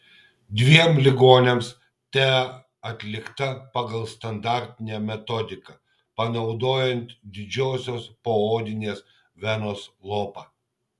dviem ligoniams tea atlikta pagal standartinę metodiką panaudojant didžiosios poodinės venos lopą